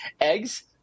eggs